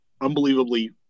unbelievably